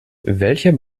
welcher